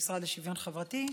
במשרד לשוויון חברתי,